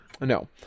No